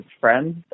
friends